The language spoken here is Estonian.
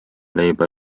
leiba